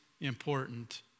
important